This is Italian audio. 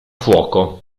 fuoco